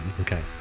Okay